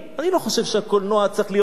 אני לא חושב שהקולנוע צריך להיות נשכני,